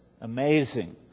amazing